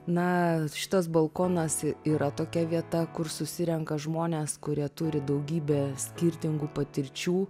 na šitas balkonas yra tokia vieta kur susirenka žmonės kurie turi daugybę skirtingų patirčių